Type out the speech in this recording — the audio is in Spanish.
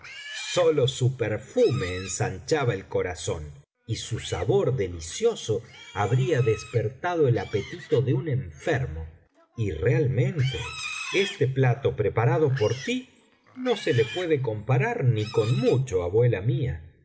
sólo su perfume ensanchaba el corazón y su saber delicioso habría despertado el apetito de un enfermo y realmente este plato preparado por ti no se le puede comparar ni con mucho abuela mía